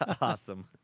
Awesome